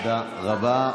תודה רבה.